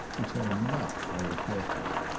which are not very courtly.